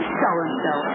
so-and-so